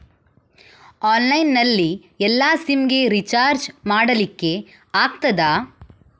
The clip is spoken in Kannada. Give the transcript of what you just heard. ಆನ್ಲೈನ್ ನಲ್ಲಿ ಎಲ್ಲಾ ಸಿಮ್ ಗೆ ರಿಚಾರ್ಜ್ ಮಾಡಲಿಕ್ಕೆ ಆಗ್ತದಾ?